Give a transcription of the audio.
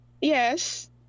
Yes